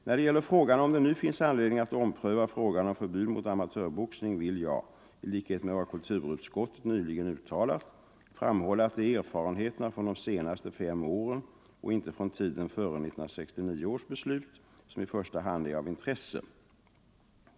När det gäller frågan om det nu finns anledning att ompröva frågan om förbud mot amatörboxning vill jag — i likhet med vad kulturutskottet nyligen uttalat — framhålla att det är erfarenheterna från de senaste fem åren och inte från tiden före 1969 års beslut som i första hand är av intresse.